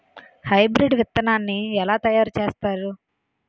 Hybrid విత్తనాన్ని ఏలా తయారు చేస్తారు?